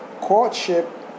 courtship